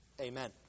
Amen